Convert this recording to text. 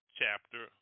chapter